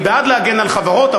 אני בעד להגן על חברות,